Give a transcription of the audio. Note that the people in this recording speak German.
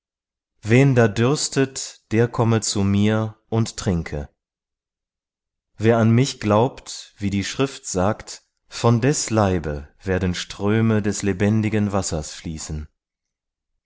wen da dürstet der komme zu mir und trinke wer an mich glaubt wie die schrift sagt von des leibe werden ströme des lebendigen wassers fließen